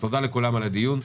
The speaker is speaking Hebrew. תודה לכולם על הדיון.